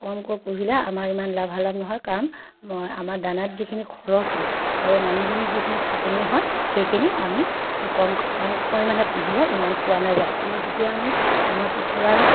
কমকৈ পুহিলে আমাৰ ইমান লাভালাভ নহয় কাৰণ আমাৰ দানাত যিখিনি খৰচ হয় আৰু মানুহজনী যিখিনি খাটনি হয় সেইখিনি আমি কম কম পৰিমাণে পুহিলে ইমান পোৱা নাযায় কিন্তু যেতিয়া আমি আমাৰ কুকুৰাৰ